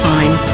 Time